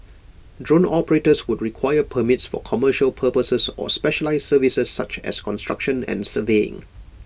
drone operators would require permits for commercial purposes or specialised services such as construction and surveying